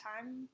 time